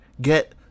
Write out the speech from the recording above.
get